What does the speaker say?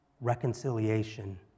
reconciliation